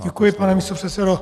Děkuji, pane místopředsedo.